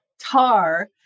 tar